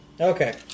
Okay